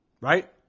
Right